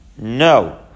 No